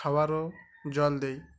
খওয়ার জল দই